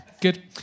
Good